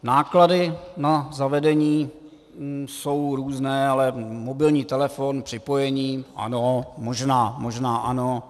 Náklady na zavedení jsou různé, ale mobilní telefon, připojení, ano, možná ano.